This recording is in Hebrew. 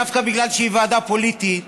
דווקא בגלל שהיא ועדה פוליטית,